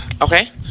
Okay